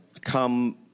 come